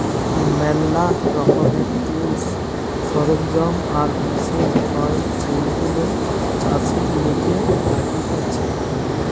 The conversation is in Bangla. ম্যালা রকমের টুলস, সরঞ্জাম আর মেশিন হয় যেইগুলো চাষের লিগে লাগতিছে